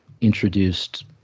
introduced